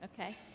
okay